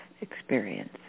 experience